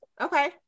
Okay